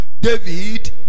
David